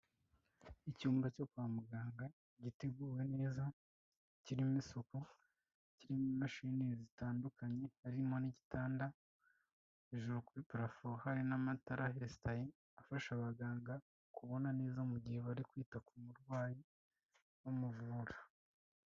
Icyumba cyo kwa muganga giteguwe neza kirimo isuku kirimo imashini zitandukanye harimo n'igitanda, hejuru kuri parafo hari n'amatara yesitaye afasha abaganga kubona neza mu gihe bari kwita ku murwayi bamuvura.